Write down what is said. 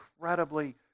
incredibly